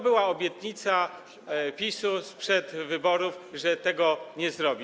Była obietnica PiS-u sprzed wyborów, że tego nie zrobi.